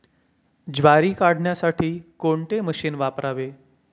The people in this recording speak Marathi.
ज्वारी काढण्यासाठी कोणते मशीन वापरावे?